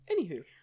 Anywho